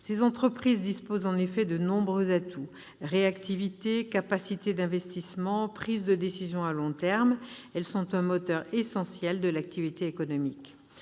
Ces entreprises disposent en effet de nombreux atouts : réactivité, capacité d'investissement, prise de décision à long terme. Elles sont un moteur essentiel de l'activité économique.